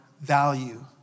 value